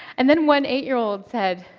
and then, one eight-year-old said,